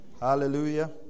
Hallelujah